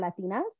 Latinas